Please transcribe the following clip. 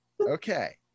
Okay